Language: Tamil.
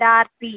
ட்டேஃபி